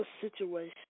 situation